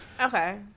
okay